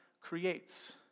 creates